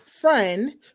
friend